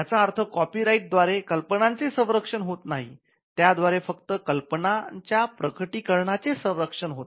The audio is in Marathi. याचा अर्थ कॉपी राईट द्व्यारे कल्पनांचे संरक्षण होत नाही त्या द्वारे फक्त कल्पनांच्या प्रकटीकरणाचे संरक्षण होते